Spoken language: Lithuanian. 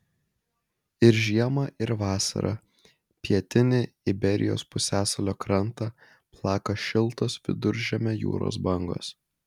ir žiemą ir vasarą pietinį iberijos pusiasalio krantą plaka šiltos viduržemio jūros bangos